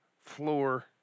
floor